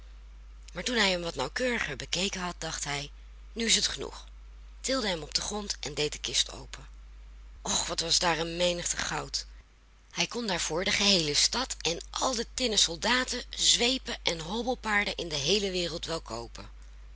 maar toen hij hem wat nauwkeuriger bekeken had dacht hij nu is het genoeg tilde hem op den grond en deed de kist open och wat was daar een menigte goud hij kon daarvoor de geheele stad en al de tinnen soldaten zweepen en hobbelpaarden in de heele wereld wel koopen